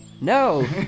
No